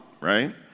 right